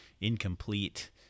incomplete